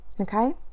okay